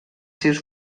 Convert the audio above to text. seus